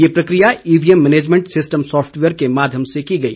ये प्रक्रिया EVM management system software के माध्यम से की गई